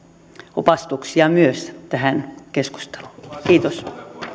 opastuksia myös tähän keskusteluun kiitos